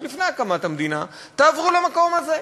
עוד לפני הקמת המדינה תעברו למקום הזה.